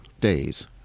days